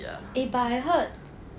eh but I heard